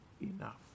enough